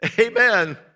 Amen